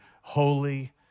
holy